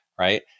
Right